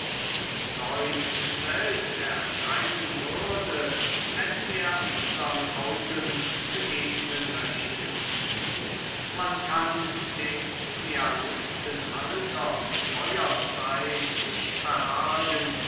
zeus selbst erscheinen würde wenn er unsern augen begegnen möchte man kann den idealisten alter und neuer zeit nicht verargen